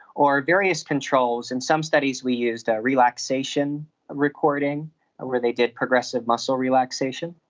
or various controls. in some studies we used a relaxation recording where they did progressive muscle relaxation,